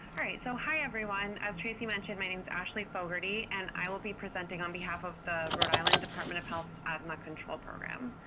hi, so everyone. as tracey mentioned, my name is ashley fogarty, and i will be presenting on behalf of the rhode island department of health asthma control program.